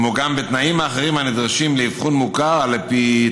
כמו גם בתנאים האחרים הנדרשים לאבחון מוכר על פי